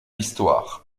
histoire